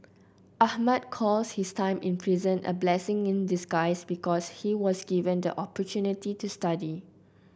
Ahmad calls his time in prison a blessing in disguise because he was given the opportunity to study